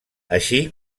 així